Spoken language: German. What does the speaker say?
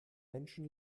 menschen